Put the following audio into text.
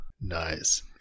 nice